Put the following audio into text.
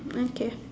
okay